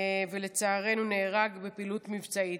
ולצערנו נהרג בפעילות מבצעית.